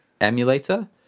emulator